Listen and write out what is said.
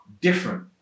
different